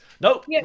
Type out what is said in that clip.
nope